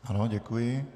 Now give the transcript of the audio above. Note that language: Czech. Ano, děkuji.